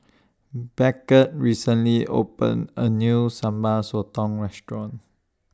Beckett recently opened A New Sambal Sotong Restaurant